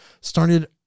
started